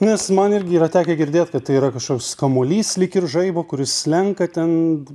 nes man irgi yra tekę girdėt kad tai yra kažkoks kamuolys lyg ir žaibo kuris slenka ten